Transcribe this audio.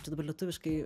čia dabar lietuviškai